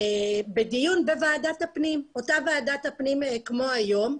בדיון בוועדת הפנים, אותה ועדת פנים כמו היום,